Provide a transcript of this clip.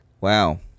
wow